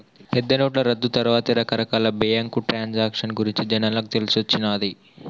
పెద్దనోట్ల రద్దు తర్వాతే రకరకాల బ్యేంకు ట్రాన్సాక్షన్ గురించి జనాలకు తెలిసొచ్చిన్నాది